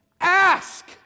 ask